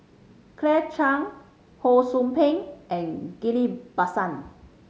Claire Chiang Ho Sou Ping and Ghillie Basan